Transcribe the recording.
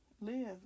Live